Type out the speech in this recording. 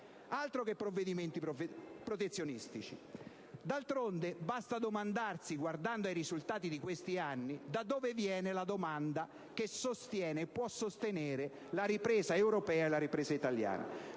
altro che provvedimenti protezionistici! D'altronde, guardando ai risultati di questi anni, basta domandarsi da dove venga la domanda che sostiene e può sostenere la ripresa europea e la ripresa italiana.